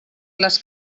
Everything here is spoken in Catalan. les